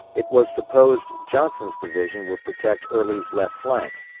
it was supposed johnson's division would protect early's left flank,